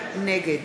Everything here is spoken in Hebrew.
נגד